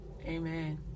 amen